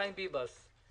חיים ביבס,